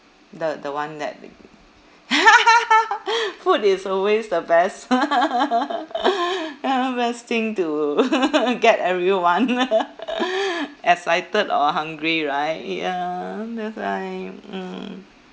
the the one that food is always the best ya best thing to get everyone excited or hungry right ya that's why mm